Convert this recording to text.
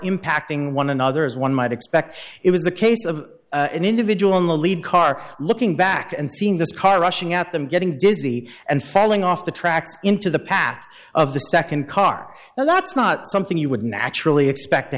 impacting one another as one might expect it was the case of an individual in the lead car looking back and seeing this car rushing at them getting dizzy and falling off the tracks into the path of the second car and that's not something you would naturally expect to